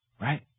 Right